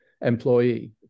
employee